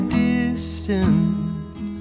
distance